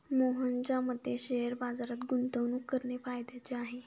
मोहनच्या मते शेअर बाजारात गुंतवणूक करणे फायद्याचे आहे